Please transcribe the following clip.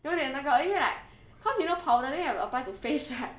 有一点那个因为 like because you know powder then you have to apply to face right